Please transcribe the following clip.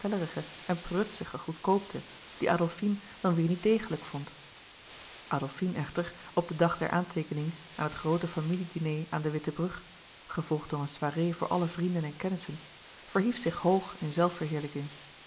en prutsige goedkoopte die adolfine dan weêr niet degelijk vond adolfine echter op den dag der aanteekening aan het groote familie diner aan de witte brug gevolgd door een soirêe voor alle vrienden en kennissen verhief zich hoog in